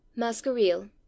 masqueril